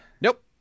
Nope